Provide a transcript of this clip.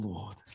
Lord